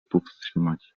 powstrzymać